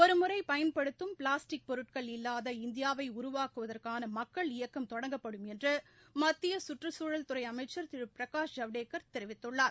ஒருமுறை பயன்படுத்தும் பிளாஸ்டிக் பொருட்கள் இல்லாத இந்தியாவை உருவாக்குவதற்கான மக்கள் இயக்கம் தொடங்கப்படும் என்று மத்திய சுற்றுச்சூழல் துறை அமைச்சர் திரு பிரகாஷ் ஜவடேக்கர் தெரிவித்துள்ளார்